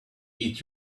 eat